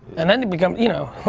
and then it becomes, you know?